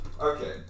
Okay